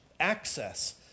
access